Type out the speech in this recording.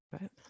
right